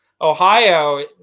Ohio